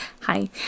Hi